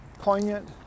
poignant